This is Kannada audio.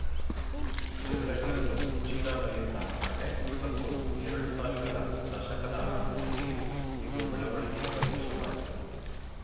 ಜಿರಳೆಗಳನ್ನು ಚೀನಾದಲ್ಲಿ ಸಾಕ್ತಾರೆ ಮತ್ತು ಎರಡ್ಸಾವಿರದ ದಶಕದ ಆರಂಭದಲ್ಲಿ ಇದು ಬೆಳವಣಿಗೆ ಪ್ರದೇಶವಾಯ್ತು